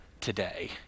today